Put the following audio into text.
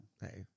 Hey